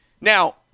Now